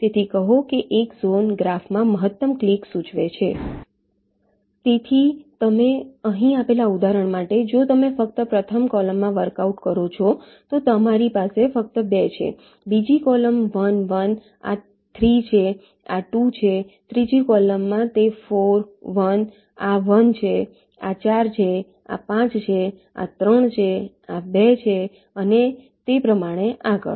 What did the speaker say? તેથી કહો કે એક ઝોન ગ્રાફમાં મહત્તમ ક્લીક સૂચવે છે તેથી તમે અહીં આપેલા ઉદાહરણ માટે જો તમે ફક્ત પ્રથમ કૉલમમાં વર્કઆઉટ કરો છો તો તમારી પાસે ફક્ત 2 છે બીજી કૉલમ 1 1 આ 3 છે આ 2 છે ત્રીજી કૉલમમાં તે 4 1 આ 1 છે આ 4 છે આ 5 છે આ 3 છે આ 2 છે અને તે પ્રમાણે આગળ